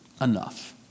enough